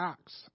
Acts